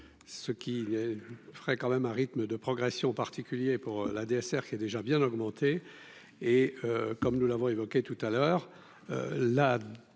ce qui est frais quand même un rythme de progression particulier pour la DSR, qui est déjà bien augmenté et, comme nous l'avons évoqué tout à l'heure la la